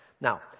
Now